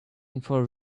looking